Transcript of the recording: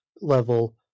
level